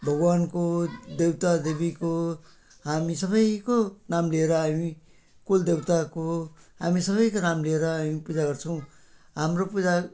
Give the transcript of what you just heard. भगवानको देउता देवीको हामी सबैको नाम लिएर हामी कुलदेउताको हामी सबैको नाम लिएर हामी पूजा गर्छौँ हाम्रो पूजा